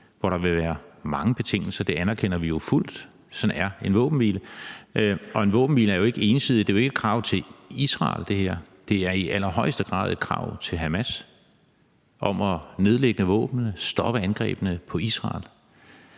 hvor der vil være mange betingelser – det anerkender vi jo fuldt ud, sådan er en våbenhvile – og en våbenhvile er ikke ensidig. Det her er jo ikke et krav til Israel, men det er i allerhøjeste grad et krav til Hamas om at nedlægge våbnene og stoppe angrebene på Israel.